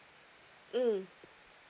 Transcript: mm